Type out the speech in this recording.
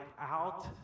out